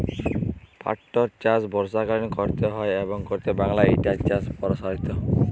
পাটটর চাষ বর্ষাকালীন ক্যরতে হয় এবং বাংলায় ইটার চাষ পরসারিত